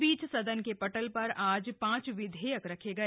इस बीच सदन के पटल पर आज पांच विधेयक रखे गए